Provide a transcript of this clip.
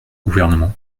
gouvernement